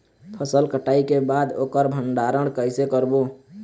फसल कटाई के बाद ओकर भंडारण कइसे करबो?